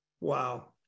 wow